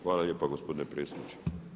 Hvala lijepa gospodine predsjedniče.